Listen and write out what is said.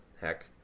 heck